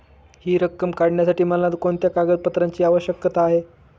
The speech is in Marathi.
हि रक्कम काढण्यासाठी मला कोणत्या कागदपत्रांची आवश्यकता आहे?